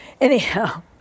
Anyhow